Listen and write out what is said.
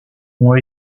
ont